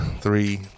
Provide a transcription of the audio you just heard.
three